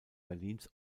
berlins